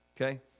okay